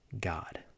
God